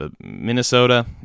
Minnesota